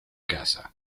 casa